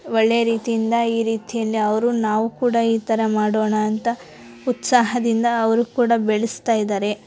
ಒಳ್ಳೆಯ ರೀತಿಯಿಂದ ಈ ರೀತಿಯಲ್ಲಿ ಅವರು ನಾವು ಕೂಡ ಈ ಥರ ಮಾಡೋಣ ಅಂತ ಉತ್ಸಾಹದಿಂದ ಅವರೂ ಕೂಡ ಬೆಳೆಸ್ತಾ ಇದ್ದಾರೆ